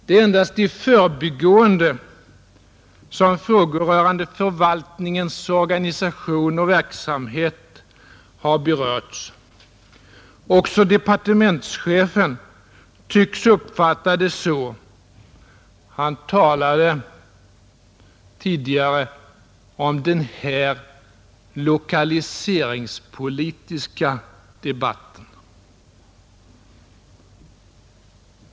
Det är endast i förbigående som frågor rörande förvaltningens organisation och verksamhet har berörts, Också departementschefen tycks uppfatta det så — han talade tidigare om ”den här lokaliseringspolitiska debatten”.